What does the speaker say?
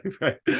Right